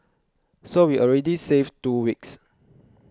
so we already save two weeks